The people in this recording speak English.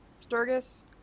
Sturgis